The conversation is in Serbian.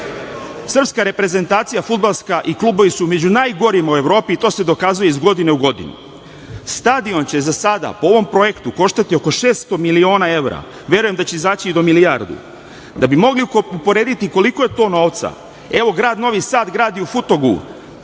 državu. Srpska reprezentacija fudbalska i klubovi su među najgorima u Evropi i to se dokazuje iz godine u godinu. Stadion će za sada po ovom projektu koštati oko 600 miliona evra, verujem da će izaći i do milijardu. Da bi mogli uporediti koliko je to novca evo grad Novi Sad gradi u Futogu